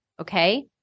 okay